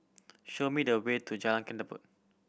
show me the way to Jalan Ketumbit